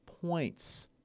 points